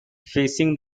facing